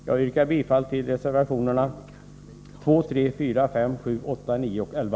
Jag yrkar bifall till reservationerna 2, 3, 4, 5, 7, 8, 9 och 11.